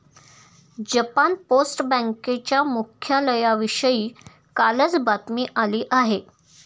Japan post बँकेच्या मुख्यालयाविषयी कालच बातमी आली आहे